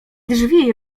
drzwi